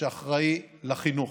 שאחראי לחינוך.